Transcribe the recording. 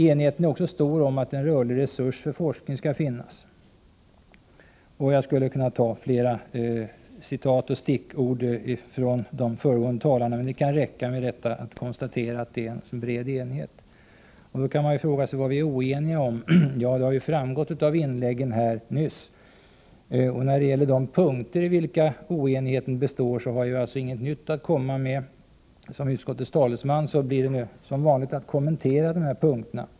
Enigheten är också stor om att en rörlig resurs för forskning skall finnas. Jag skulle kunna ta flera citat och stickord från de föregående talarna, men det kan räcka med att jag konstaterar att det råder bred enighet. Man kan då fråga vad vi är oeniga om. Ja, det har ju framgått av inläggen här nyss. Och när det gäller de punkter i vilka oenigheten består har jag alltså inget nytt att komma med. Som utskottets talesman har jag då som vanligt att kommentera dessa punkter.